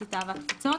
הקליטה והתפוצות.